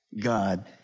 God